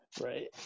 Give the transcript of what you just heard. Right